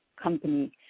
company